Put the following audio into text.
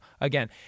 again